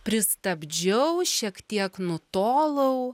pristabdžiau šiek tiek nutolau